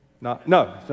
No